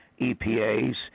EPAs